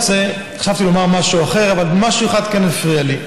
חשבתי לומר משהו אחר, אבל משהו אחד כן הפריע לי.